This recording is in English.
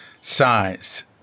size